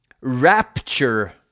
Rapture